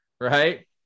right